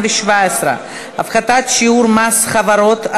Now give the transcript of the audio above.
217) (הפחתת שיעור מס חברות),